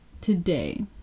today